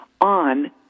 on